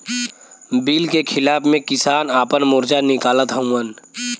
bill के खिलाफ़ में किसान आपन मोर्चा निकालत हउवन